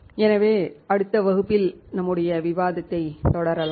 எனவே அடுத்த வகுப்பில் நம்முடைய விவாதத்தைத் தொடரலாம்